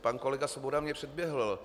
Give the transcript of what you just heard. Pan kolega Svoboda mě předběhl.